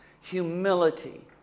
Humility